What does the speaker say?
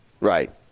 right